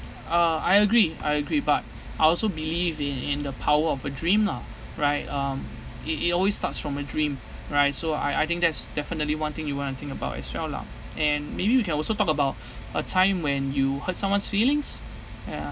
uh I agree I agree but I also believes in in the power of a dream lah right um it it always starts from a dream right so I I think that's definitely one thing you want to think about as well lah and maybe we can also talk about a time when you hurt someone's feelings ya